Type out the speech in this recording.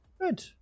Good